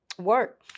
work